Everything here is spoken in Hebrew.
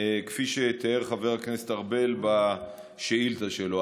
כפי שתיאר חבר הכנסת ארבל בשאילתה שלו.